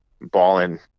balling